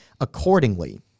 accordingly